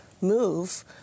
move